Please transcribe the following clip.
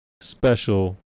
special